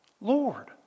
Lord